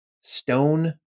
stone